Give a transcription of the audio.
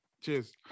Cheers